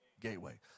gateway